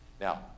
Now